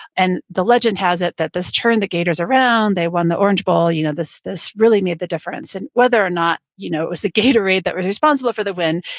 and the legend has it that this turned the gators around they won the orange bowl, you know this this really made the difference. and whether or not you know it was the gatorade that was responsible for the win,